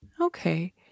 Okay